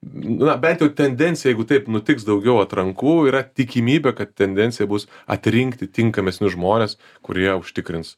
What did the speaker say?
na bet tendencija jeigu taip nutiks daugiau atrankų yra tikimybė kad tendencija bus atrinkti tinkamesnius žmones kurie užtikrins